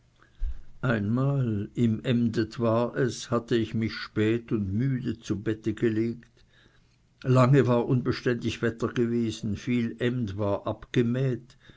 einmal im emdet war es hatte ich mich spät und müde zu bette gelegt lange war unbeständig wetter gewesen viel emd war abgemäht